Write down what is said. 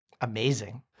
Amazing